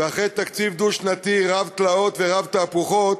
ואחרי תקציב דו-שנתי רב-תלאות ורב-תהפוכות,